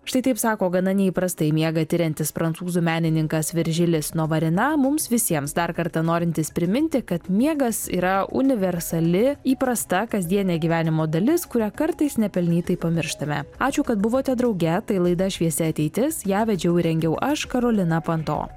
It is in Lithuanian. štai taip sako gana neįprastai miegą tiriantis prancūzų menininkas viržilis novarina mums visiems dar kartą norintis priminti kad miegas yra universali įprasta kasdienė gyvenimo dalis kurią kartais nepelnytai pamirštame ačiū kad buvote drauge tai laida šviesi ateitis ją vedžiau ir rengiau aš karolina panto